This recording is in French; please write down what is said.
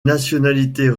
nationalités